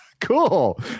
Cool